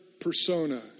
persona